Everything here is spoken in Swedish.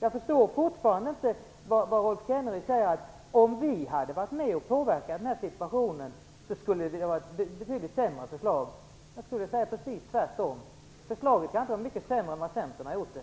Jag förstår fortfarande inte vad Rolf Kenneryd säger om att förslaget skulle ha varit betydligt sämre om vi hade varit med och påverkat situationen. Jag skulle vilja säga precis tvärtom. Förslaget kan inte bli mycket sämre än vad Centern har gjort det.